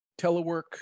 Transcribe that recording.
telework